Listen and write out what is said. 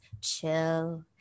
chill